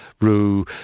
Rue